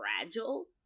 fragile